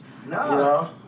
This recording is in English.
No